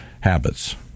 habits